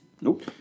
Nope